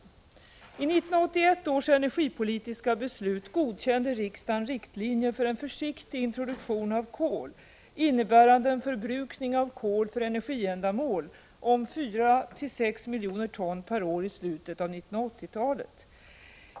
I 1981 års energipolitiska beslut godkände riksdagen riktlinjer för en försiktig introduktion av kol innebärande en förbrukning av kol för energiändamål om 4-6 miljoner ton/år i slutet av 1980-talet.